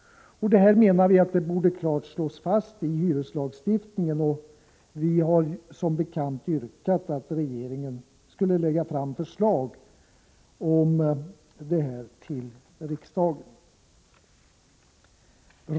Detta borde klart slås fast i hyreslagstiftningen, och vi har som bekant yrkat att regeringen skall lägga fram förslag om detta till riksdagen.